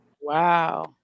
Wow